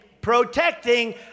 protecting